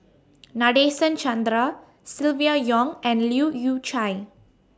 Nadasen Chandra Silvia Yong and Leu Yew Chye